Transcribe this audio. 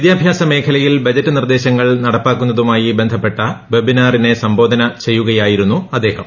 വിദ്യാഭ്യാസ മേഖലയിൽ ബജറ്റ് നിർദേശങ്ങൾ നടപ്പാക്കുന്നതുമായി ബന്ധപ്പെട്ട വെബ്ബിനാറിനെ അഭിസംബോധന ചെയ്യുകയായിരുന്നു അദ്ദേഹം